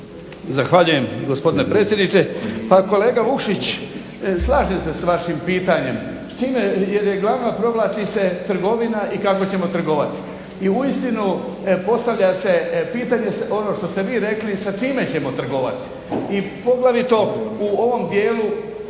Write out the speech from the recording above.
Zahvaljujem gospodine predsjedniče. Pa kolega Vukšić, slažem se s vašim pitanjem jer je glavno provlači se trgovina i kako ćemo trgovati i uistinu postavlja se pitanje ono što ste vi rekli sa čime ćemo trgovati i poglavito u ovom dijelu